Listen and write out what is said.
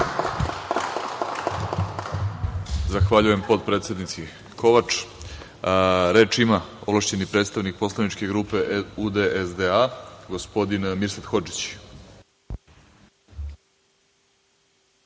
Zahvaljujem potpredsednici Kovač. Reč ima ovlašćeni predstavnik poslaničke grupe UD-SDA gospodin Mirsad